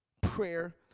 prayer